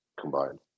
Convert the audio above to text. combined